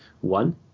one